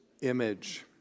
Image